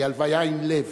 היא הלוויה עם לב.